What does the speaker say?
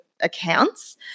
accounts